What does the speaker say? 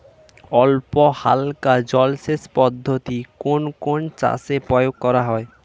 অল্পহালকা জলসেচ পদ্ধতি কোন কোন চাষে প্রয়োগ করা হয়?